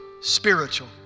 spiritual